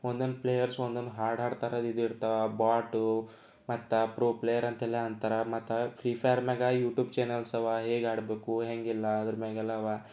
ಒಂದೊಂದು ಪ್ಲೇಯರ್ಸ್ ಒಂದೊಂದು ಹಾಡು ಹಾಡ್ತಾರೆ ಇದಿರ್ತವೆ ಬಾಟ್ ಮತ್ತೆ ಪ್ರೊ ಪ್ಲೇಯರ್ ಅಂತೆಲ್ಲ ಅಂತಾರೆ ಮತ್ತೆ ಫ್ರೀ ಫೈರ್ನಾಗೆ ಯೂ ಟೂಬ್ ಚಾನಲ್ಸ್ ಅವ ಹೇಗೆ ಆಡಬೇಕು ಹೇಗೆಲ್ಲ ಅದರ ಮ್ಯಾಗೆಲ್ಲ ಅವ